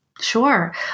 Sure